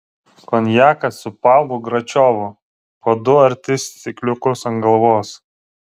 konjaką su pavlu gračiovu po du ar tris stikliukus ant galvos